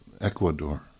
Ecuador